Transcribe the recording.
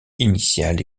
initiales